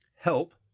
help